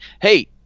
Hey